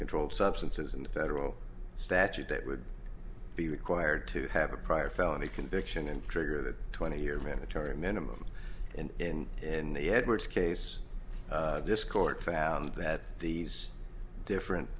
controlled substances and federal statute that would be required to have a prior felony conviction and trigger a twenty year mandatory minimum and in in the edwards case this court found that these different